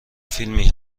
فیلمی